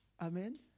Amen